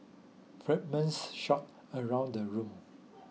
fragments shot around the room